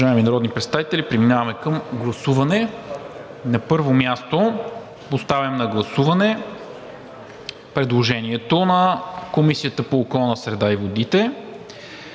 МИНЧЕВ: Уважаеми народни представители, преминаваме към гласуване. На първо място поставям на гласуване предложението на Комисията по околната среда и водите